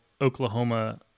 Oklahoma